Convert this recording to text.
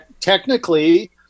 technically